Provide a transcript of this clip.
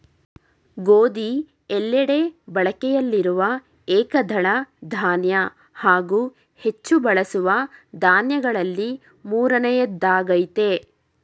ಗೋಧಿ ಎಲ್ಲೆಡೆ ಬಳಕೆಯಲ್ಲಿರುವ ಏಕದಳ ಧಾನ್ಯ ಹಾಗೂ ಹೆಚ್ಚು ಬಳಸುವ ದಾನ್ಯಗಳಲ್ಲಿ ಮೂರನೆಯದ್ದಾಗಯ್ತೆ